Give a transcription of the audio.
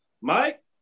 Mike